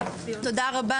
שלום לכולם.